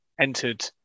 entered